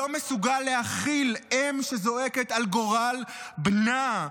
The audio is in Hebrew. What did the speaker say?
לא מסוגל להכיל אם שזועקת על גורל בנה,